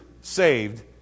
saved